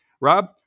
Rob